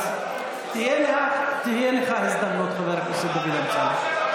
תהיה לך הזדמנות, חבר הכנסת דוד אמסלם.